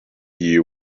you